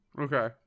okay